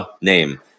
name